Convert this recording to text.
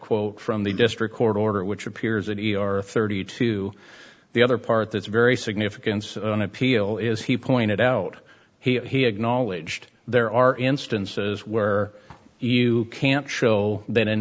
quote from the district court order which appears that he or thirty two the other part that's very significance on appeal is he pointed out he acknowledged there are instances where you can't show that an